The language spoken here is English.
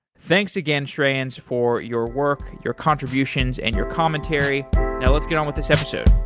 thanks again shreyans for your work, your contributions and your commentary now let's get on with this episode